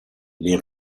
les